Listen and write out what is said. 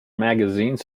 magazine